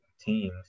teams